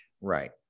right